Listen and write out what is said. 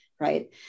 right